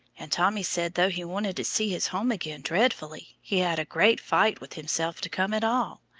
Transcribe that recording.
and tommy said, though he wanted to see his home again dreadfully, he had a great fight with himself to come at all.